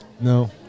No